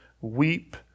weep